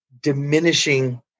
diminishing